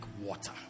water